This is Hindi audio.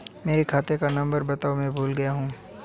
मेरे खाते का नंबर बताओ मैं भूल गया हूं